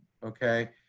okay?